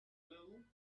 little